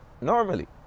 normally